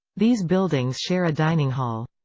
these buildings share a dining hall.